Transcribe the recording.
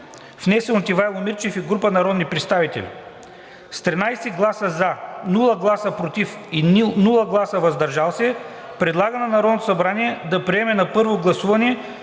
внесен от Ивайло Мирчев и група народни представители. С 13 гласа „за“, без „против“ и „въздържал се“ предлага на Народното събрание да приеме на първо гласуване